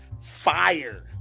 fire